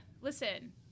listen